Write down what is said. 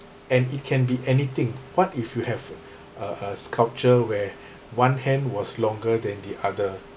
and it can be anything what if you have a a sculpture where one hand was longer than the other